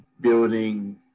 building